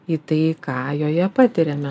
į tai ką joje patiriame